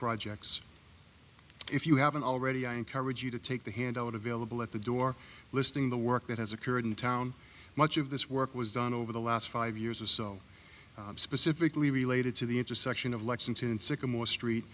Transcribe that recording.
projects if you haven't already i encourage you to take the handout available at the door listing the work that has occurred in town much of this work was done over the last five years or so specifically related to the intersection of lexington sycamore street